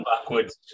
backwards